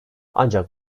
ancak